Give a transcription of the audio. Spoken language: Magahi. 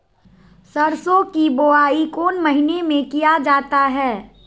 सरसो की बोआई कौन महीने में किया जाता है?